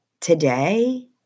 today